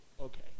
okay